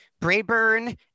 Brayburn